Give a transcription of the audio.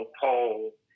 poll